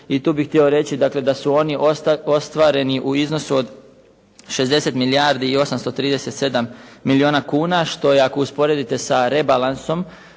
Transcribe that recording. i tu bih htio reći dakle da su oni ostvareni u iznosu od 60 milijardi i 837 milijuna kuna što je ako usporedite sa rebalansom